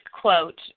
quote